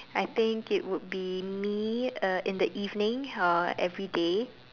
I think it would be me uh in the evening uh everyday